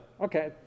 Okay